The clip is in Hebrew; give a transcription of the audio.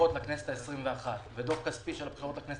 הבחירות לכנסת ה-2 ודוח כספי של הבחירות לכנסת